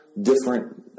different